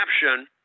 caption